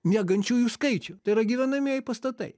miegančiųjų skaičių tai yra gyvenamieji pastatai